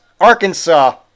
Arkansas